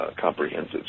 comprehensive